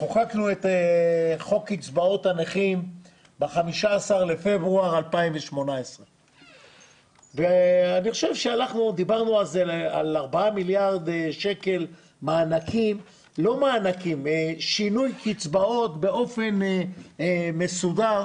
חוקקנו את חוק קצבאות הנכים ב-15 בפברואר 2018. דיברנו על 4 מיליארד שקל לשינוי קצבאות באופן מסודר.